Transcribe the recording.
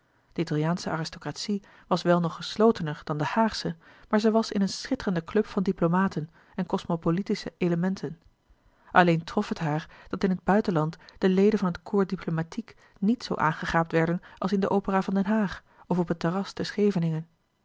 de italiaansche aristocratie was wel nog geslotener dan de haagsche maar zij was in een schitterenden club van diplomaten en cosmopolitische elementen alleen trof het haar dat in het buitenland de leden van het corps diplomatique niet zoo aangegaapt werden als in de opera van den haag of op het terras te scheveningen